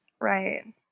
Right